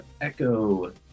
Echo